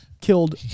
killed